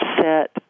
set